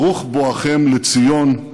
ברוך בואכם לציון,